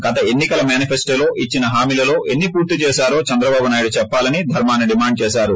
గత ఎన్ని కల మేనిఫెస్లోలో ఇచ్చినోహామీలలో ఎన్ని పూర్తి చేసారో చంద్రబాబు నాయుడు చేప్పాలని దర్శాన డిమాండ్ చేశారు